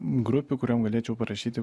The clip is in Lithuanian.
grupių kuriom galėčiau parašyti